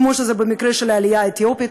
כמו שזה במקרה של העלייה האתיופית,